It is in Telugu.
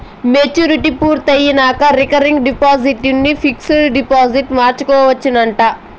మెచ్యూరిటీ పూర్తయినంక రికరింగ్ డిపాజిట్ ని పిక్సుడు డిపాజిట్గ మార్చుకోవచ్చునంట